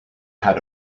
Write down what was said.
had